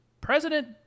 president